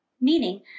meaning